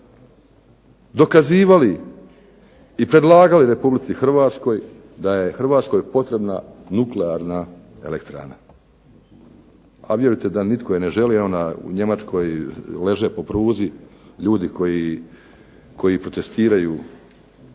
dokazivali i predlagali Republici Hrvatskoj da je Hrvatskoj potrebna nuklearna elektrana, a vjerujte da nitko je ne želi, ona u Njemačkoj leže po pruzi ljudi koji protestiraju